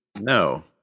No